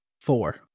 Four